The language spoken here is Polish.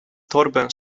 torbę